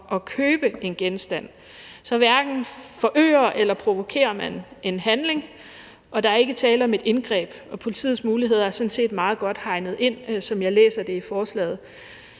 at købe en genstand, så hverken forøger eller provokerer man en handling. Der er ikke tale om et indgreb, og politiets muligheder er sådan set hegnet meget godt ind, som jeg læser det i forslaget,